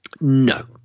No